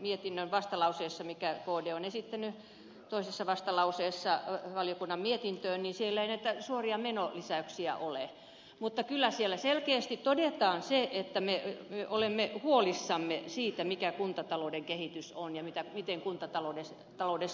mietinnön toisessa vastalauseessa minkä kd on esittänyt valiokunnan mietintöön ei näitä suoria menolisäyksiä ole mutta kyllä siellä selkeästi todetaan että me olemme huolissamme siitä mikä kuntatalouden kehitys on ja miten kuntataloudessa selvitään